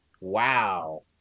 Wow